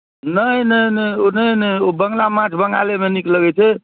नहि नहि नहि ओ नहि नहि ओ बङ्गला माछ बङ्गालेमे नीक लगैत छै